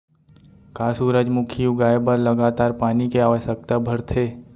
का सूरजमुखी उगाए बर लगातार पानी के आवश्यकता भरथे?